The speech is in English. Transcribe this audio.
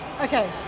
Okay